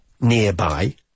nearby